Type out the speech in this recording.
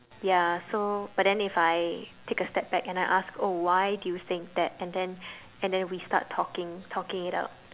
ya so but then if I take a step back and I ask oh why do you think that and then and then we start talking talking it out